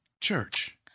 church